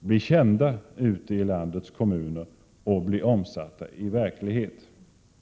blir kända ute i landets kommuner och blir omsatta i verklighet.